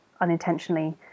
unintentionally